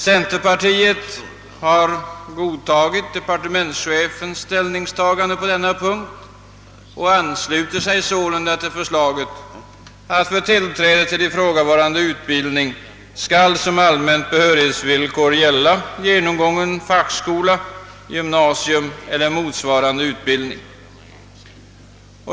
Centerpartiet har godtagit departementschefens ställningstagande på denna punkt och ansluter sig sålunda till förslaget att för tillträde till ifrågavarande utbildning skall som allmänt behörighetsvillkor gälla genomgången fackskola, gymnasium eller motsvarande utbildning.